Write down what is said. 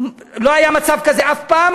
לא היה מצב כזה אף פעם,